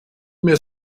mehr